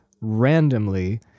randomly